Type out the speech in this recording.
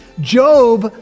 Job